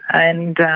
and and